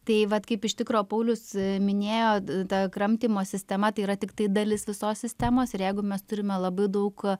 tai vat kaip iš tikro paulius minėjo tą kramtymo sistema tai yra tiktai dalis visos sistemos ir jeigu mes turime labai daug